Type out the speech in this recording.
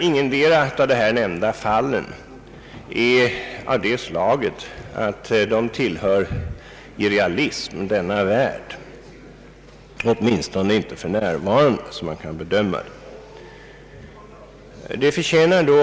Ingetdera av dessa nämnda fall tillhör det reallistiska i denna värld, åtminstone inte som man kan bedöma det för närvarande.